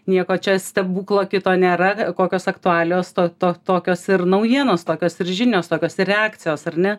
nieko čia stebuklo kito nėra kokios aktualios to to tokios ir naujienos tokios ir žinios tokios ir reakcijos ar ne